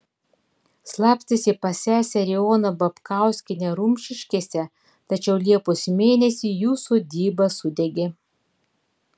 slapstėsi pas seserį oną babkauskienę rumšiškėse tačiau liepos mėnesį jų sodyba sudegė